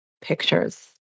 pictures